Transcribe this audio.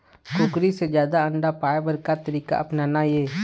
कुकरी से जादा अंडा पाय बर का तरीका अपनाना ये?